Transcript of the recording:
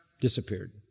disappeared